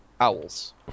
owls